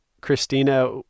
Christina